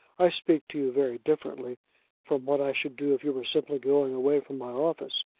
i speak to you very differently from what i should do if you were simply going away from my office.